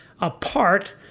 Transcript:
apart